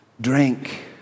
drink